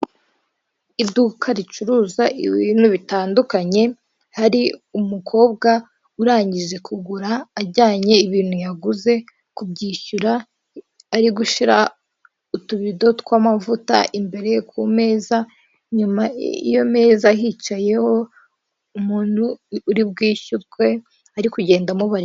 Iduka ricuruza ibintu bitandukanye, hari umukobwa urangije kugura, ajyanye ibintu yaguze kubyishyura, ari gushyira utubido tw'amavuta imbere ku meza, inyuma y'iyo meza hicayeho umuntu uri bwishyurwe ari kugenda amubarira.